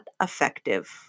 effective